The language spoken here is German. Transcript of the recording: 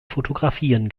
fotografien